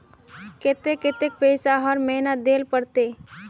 केते कतेक पैसा हर महीना देल पड़ते?